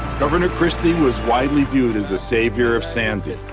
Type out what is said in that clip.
governor christie was widely viewed as the savior of sandy.